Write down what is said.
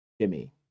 Jimmy